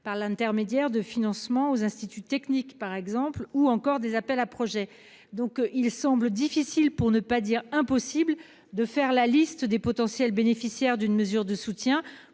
par l'intermédiaire de financement aux instituts techniques par exemple ou encore des appels à projets donc il semble difficile pour ne pas dire impossible, de faire la liste des potentiels bénéficiaires d'une mesure de soutien